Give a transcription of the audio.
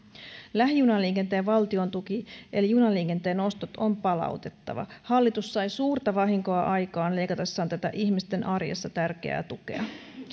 lähijunaliikenteen valtiontuki eli junaliikenteen ostot on palautettava hallitus sai suurta vahinkoa aikaan leikatessaan tätä ihmisten arjessa tärkeää tukea